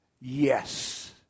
Yes